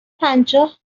پنجاه